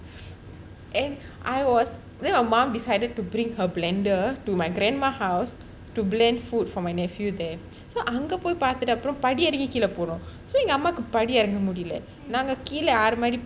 and I was then my mum decided to bring her blender to my grandma house to blend food for my nephew there so அங்க போய் பார்த்துட்ட அப்போறம் படி இறங்கி கீழ போனும்:anga poi parthutta apporam padi irangi keela ponum so எங்க அம்மாவுக்கு படி இறங்க முடியல நாங்க கீழ ஆறு மாடி:enga ammavukku padi iranga mudiyala naanga keela aaru maadi